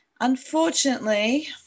Unfortunately